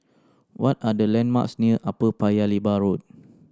what are the landmarks near Upper Paya Lebar Road